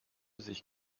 sich